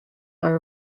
are